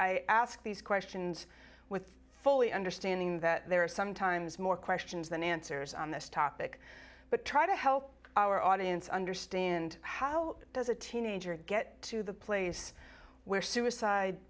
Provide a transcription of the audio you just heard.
i ask these questions with fully understanding that there are sometimes more questions than answers on this topic but try to help our audience understand how does a teenager get to the place where suicide